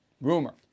Rumor